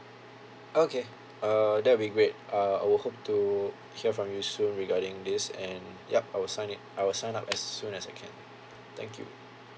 okay uh that'll be great uh I would hope to hear from you soon regarding this and yup I will sign it I will sign up as soon as I can thank you